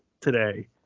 today